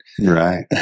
Right